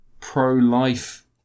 pro-life